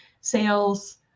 sales